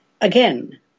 again